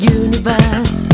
universe